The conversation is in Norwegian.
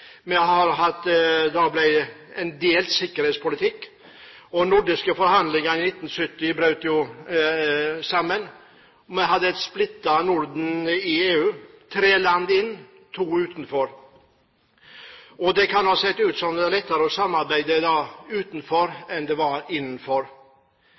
nordiske forhandlinger i 1970 brøt sammen. Vi hadde et splittet Norden i EU: tre land inne og to utenfor. Det kan ha sett ut som det er lettere å samarbeide